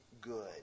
good